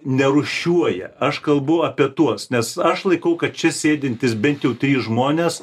nerūšiuoja aš kalbu apie tuos nes aš laikau kad čia sėdintys bent jau trys žmonės